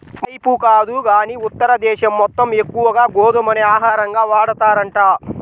మనైపు కాదు గానీ ఉత్తర దేశం మొత్తం ఎక్కువగా గోధుమనే ఆహారంగా వాడతారంట